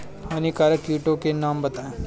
हानिकारक कीटों के नाम बताएँ?